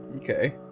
Okay